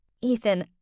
Ethan